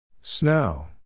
Snow